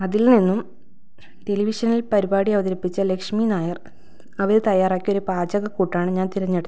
അതിനിൽനിന്നും ടെലിവിഷനിൽ പരിപാടി അവതരിപ്പിച്ച ലക്ഷ്മി നായർ അവർ തയ്യാറാക്കിയ ഒരു പാചക കൂട്ടാണ് ഞാൻ തിരഞ്ഞെടുത്തത്